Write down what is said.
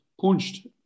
punched